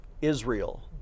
Israel